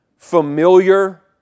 familiar